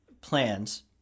plans